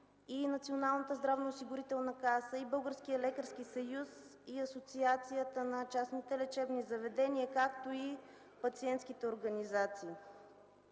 и Националната здравноосигурителна каса, и Българският лекарски съюз, и Асоциацията на частните лечебни заведения, както и пациентските организации.